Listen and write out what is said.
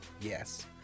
Yes